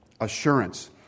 assurance